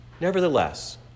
nevertheless